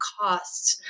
costs